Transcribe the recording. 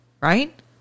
Right